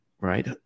right